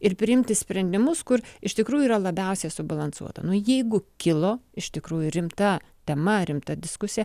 ir priimti sprendimus kur iš tikrųjų yra labiausiai subalansuota nu jeigu kilo iš tikrųjų rimta tema rimta diskusija